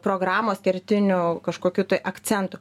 programos kertiniu kažkokiu tai akcentu